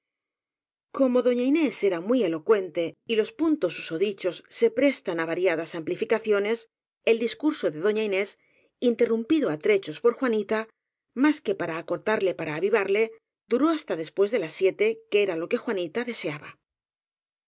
como doña inés era muy elocuente y los puntos susodichos se prestan á variadas amplificaciones el discurso de doña inés interrumpido á trechos por juanita más que para acortarle para avivarle duró hasta después de las siete que era lo que jua nita deseaba